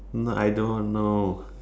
no I don't know